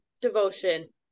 Devotion